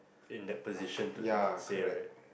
in that position to say right